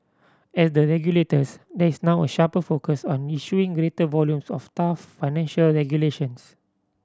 at the regulators there is now a sharper focus on issuing greater volumes of tough financial regulations